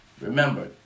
Remember